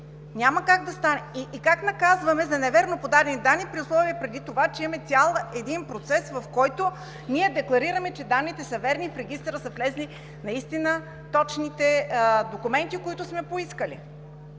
Няма как да стане. И как наказваме за невярно подадени данни при условие преди това, че има цял един процес, в който ние декларираме, че данните са верни и в регистъра са влезли наистина точните документи, които сме поискали?